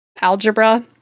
algebra